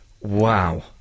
wow